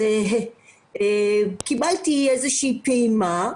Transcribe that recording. קיבלתי איזושהי פעימה.